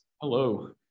Hello